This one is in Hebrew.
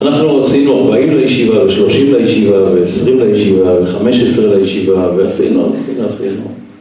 אנחנו עשינו 40 לישיבה ו-30 לישיבה ו-20 לישיבה ו-15 לישיבה ועשינו, עשינו, עשינו